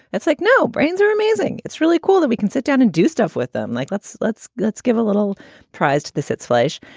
like no brains are amazing. it's really cool that we can sit down and do stuff with them. like let's let's let's give a little prize to the cit's flesh.